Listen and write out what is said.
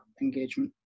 engagement